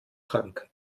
trank